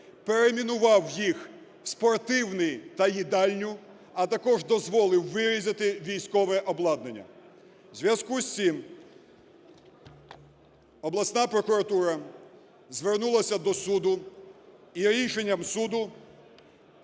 перейменував їх в спортивний та їдальню, а також дозволив вирізати військове обладнання. У зв'язку з цим обласна прокуратура звернулася до суду і рішенням суду…